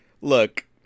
Look